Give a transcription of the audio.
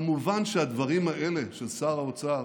כמובן שהדברים האלה של שר האוצר